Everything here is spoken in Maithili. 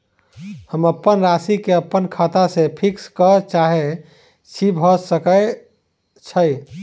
हम अप्पन राशि केँ अप्पन खाता सँ फिक्स करऽ चाहै छी भऽ सकै छै?